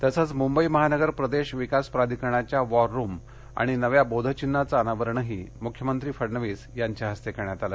तसंच मुंबई महानगर प्रदेश विकास प्राधिकरणाच्या वॉर रुम आणि नव्या बोध चिन्हाचं अनावरणही मुख्यमंत्री फडणवीस यांच्या हस्ते करण्यात आलं